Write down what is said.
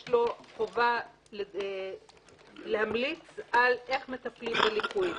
יש לו חובה להמליץ על איך מטפלים בליקוי.